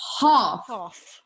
half